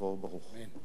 תודה רבה.